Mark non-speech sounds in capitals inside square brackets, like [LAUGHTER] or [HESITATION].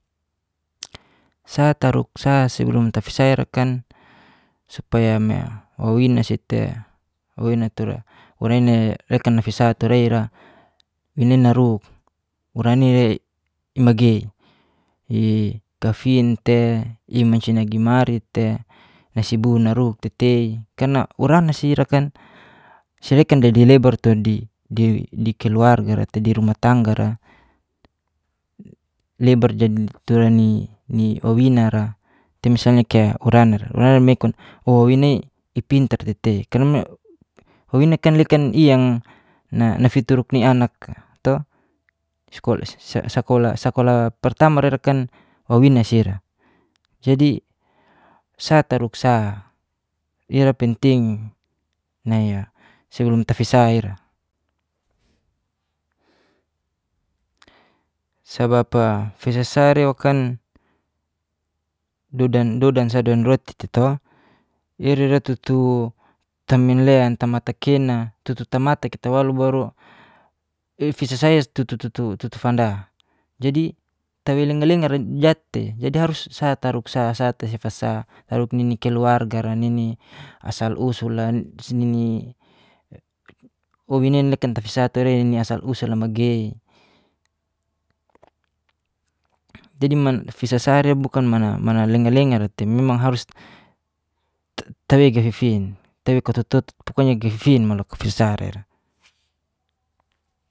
Sa taruk sa sebelum tafisa irakan supaya me wawina si te wawina tura warana i nai lekan nafisa tura ira ra wina i naruk warana ie i magey i gafin te, i mancia nagimari te, nasibur naruk tetei, karna urana sirakan selikan dadi leba ra tu di di dikeluarga ra te di rumah tangga ra, leba ra tura ni ni wawina ra te misalnya keya urana ra urana mekun o wawina i ipintar te tei karna me wawinakan lekan iyang na nafituruk ni anak a to. [HESITATION] sakolah sakolah pertama ra irakan wawina si ira. jadi, sa taruk sa ira penting nai a sebelum tafisa ira. sabab a fisasa irakan dodan dodan sa dodan roti te to, ira ra tutuuuu taminlean, tamata kena, tutu tamata kita walu baru ifisasa ia tutu tutu tutu fanda. jadi, tawei lenga lenga ra jatei jadi harus sa taruk sa sa tasefa sa, taruk nini keluarga ra nini asal asul a, nini wawina i lekan tafisa tura ia nini asal usul i magey, jadi man fisasa ira bukan mana mana lenga lenga ra tei memang harus ta tawei gafifin. tawei katototu pokonya gafifin mo loka fisa ra ira.